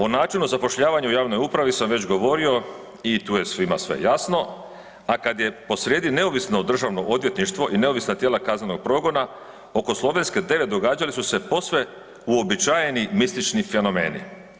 O načinu zapošljavanja u javnoj upravi sam već govorio i tu je svima sve jasno, a kada je posrijedi neovisno državno odvjetništvo i neovisna tijela kaznenog progona oko Slovenske 9 događale su se posve uobičajeni mistični fenomeni.